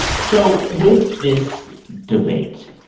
so with this debate,